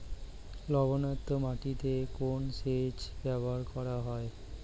লবণাক্ত মাটিতে কোন সেচ ব্যবহার করা হয়?